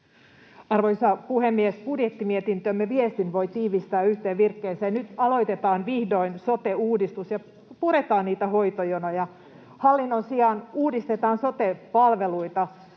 Arvoisa puhemies! Budjettimietintömme viestin voi tiivistää yhteen virkkeeseen: Nyt aloitetaan vihdoin sote-uudistus ja puretaan niitä hoitojonoja, hallinnon sijaan uudistetaan sote-palveluita,